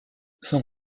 son